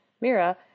mira